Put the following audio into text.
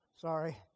sorry